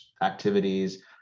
activities